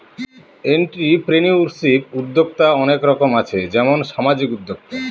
entrepreneurship উদ্যক্তা অনেক রকম আছে যেমন সামাজিক উদ্যোক্তা